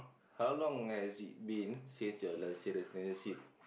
how long has it been since your last relationship